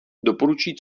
doporučuji